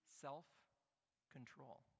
Self-control